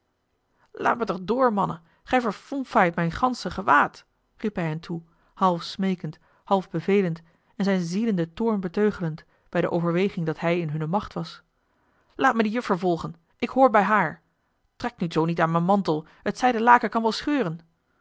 laat me toch door mannen gij verfonfaait mijn gansche gewaad riep hij hun toe half smeekend half bevelend en zijn ziedenden toorn beteugelend bij de overweging dat hij in hunne macht was laat me die juffer volgen ik hoor bij haar trek nu zoo niet aan mijn mantel het zijden laken kan wel scheuren